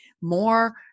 more